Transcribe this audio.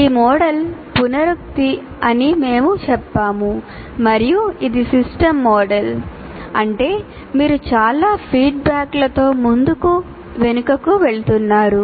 ఈ మోడల్ పునరుక్తి అని మేము చెప్పాము మరియు ఇది సిస్టమ్స్ మోడల్ అంటే మీరు చాలా ఫీడ్బ్యాక్లతో ముందుకు వెనుకకు వెళ్తున్నారు